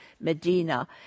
Medina